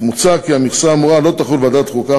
מוצע כי המכסה האמורה לא תחול על ועדת החוקה,